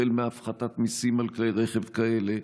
מהפחתת מיסים על כלי רכב כאלה,